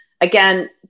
again